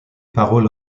paroles